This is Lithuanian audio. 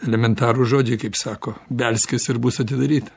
elementarūs žodžiai kaip sako belskis ir bus atidaryta